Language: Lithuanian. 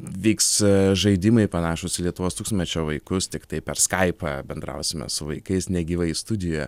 vyks žaidimai panašūs į lietuvos tūkstantmečio vaikus tiktai per skaipą bendrausime su vaikais negyvai studijoje